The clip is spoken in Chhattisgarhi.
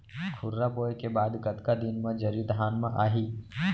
खुर्रा बोए के बाद कतका दिन म जरी धान म आही?